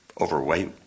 overweight